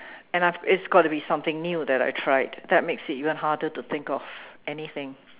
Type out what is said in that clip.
and I've it's got to be something new that I tried that makes it even harder to think of anything